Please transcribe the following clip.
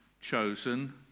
chosen